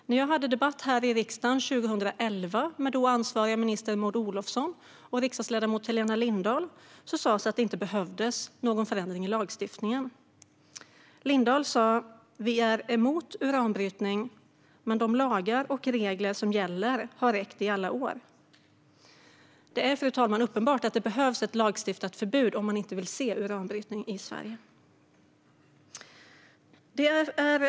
När jag 2011 här i riksdagen debatterade med den då ansvariga ministern Maud Olofsson och riksdagsledamoten Helena Lindahl sas det att det inte behövdes någon förändring i lagstiftningen. Lindahl sa: Vi är emot uranbrytning, men de lagar och regler som gäller har räckt i alla år. Det är, fru talman, uppenbart att det behövs ett lagstiftat förbud, om man inte vill se uranbrytning i Sverige.